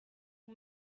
for